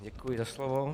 Děkuji za slovo.